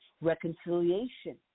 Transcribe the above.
reconciliation